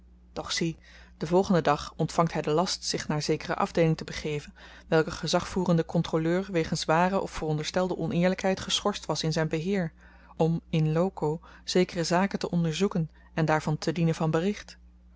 doch zie den volgenden dag ontvangt hy den last zich naar zekere afdeeling te begeven welker gezagvoerende kontroleur wegens ware of veronderstelde oneerlykheid geschorst was in zyn beheer om in loco zekere zaken te onderzoeken en daarvan te dienen van bericht